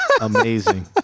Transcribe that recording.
Amazing